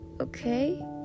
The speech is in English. Okay